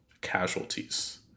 casualties